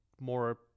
more